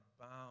bound